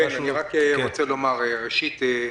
ראשית,